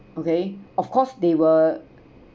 okay of course they will